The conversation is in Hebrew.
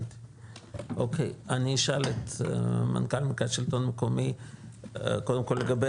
אני אשאל את מנכ"ל מרכז השלטון המקומי קודם כל לגבי